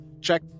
Check